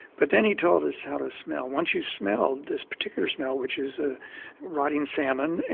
but then he told us how to smell. once you smell this particular smell, which is a rotting salmon,